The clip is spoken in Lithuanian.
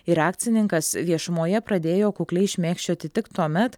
ir akcininkas viešumoje pradėjo kukliai šmėkščioti tik tuomet